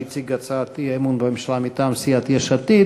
שהציג הצעת אי-אמון בממשלה מטעם סיעת יש עתיד.